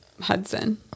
hudson